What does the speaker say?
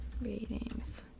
ratings